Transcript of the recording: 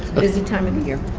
but busy time of the year.